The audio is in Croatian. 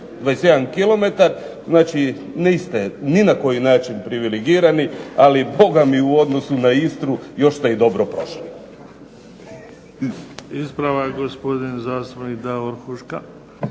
21 kilometar, niste ni na koji način privilegirani, ali bogami u odnosu na Istru još ste i dobro prošli.